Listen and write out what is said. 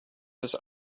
this